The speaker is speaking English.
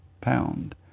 pound